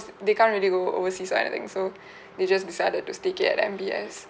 they can't really go overseas or anything so they just decided to stay cay at M_B_S